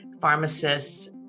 pharmacists